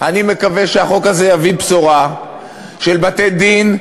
אני מקווה שהחוק הזה יביא בשורה של בתי-דין,